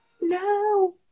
No